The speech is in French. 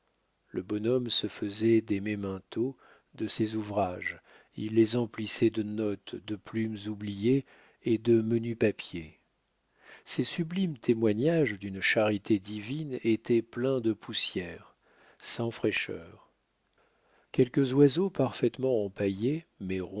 le bonhomme se faisait des memento de ces ouvrages il les emplissait de notes de plumes oubliées et de menus papiers ces sublimes témoignages d'une charité divine étaient pleins de poussière sans fraîcheur quelques oiseaux parfaitement empaillés